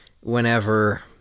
whenever